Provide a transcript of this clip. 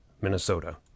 Minnesota